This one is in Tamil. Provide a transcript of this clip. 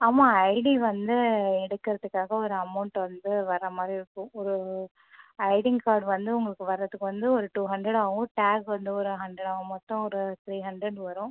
ஆமாம் ஐடி வந்து எடுக்கறதுக்காக ஒரு அமௌண்ட் வந்து வர்ற மாதிரி இருக்கும் ஒரு ஐடின் கார்டு வந்து உங்களுக்கு வர்றதுக்கு வந்து ஒரு டூ ஹண்ட்ரட் ஆவும் டேக் வந்து ஒரு ஹண்ட்ரட் ஆகும் மொத்தம் ஒரு த்ரீ ஹண்ட்ரட் வரும்